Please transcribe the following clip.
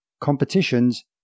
competitions